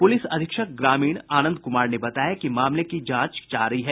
police अधीक्षक ग्रामीण आनंद कुमार ने बताया कि मामले की जांच की जा रही है